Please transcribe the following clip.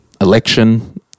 election